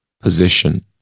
position